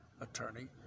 attorney